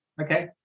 Okay